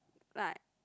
like